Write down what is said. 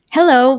Hello